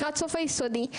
לקראת סוף היסודי,